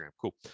Cool